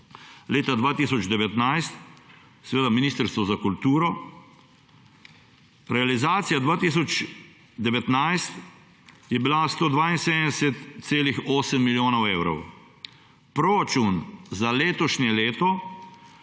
leta 2019, Ministrstvo za kulturo. Realizacija leta 2019 je bila 172,8 milijona evrov. Proračun za letošnje leto